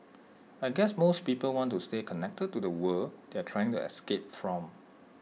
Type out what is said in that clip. I guess most people want to stay connected to the world they are trying to escape from